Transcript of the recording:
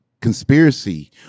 conspiracy